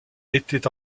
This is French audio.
était